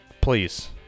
please